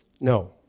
no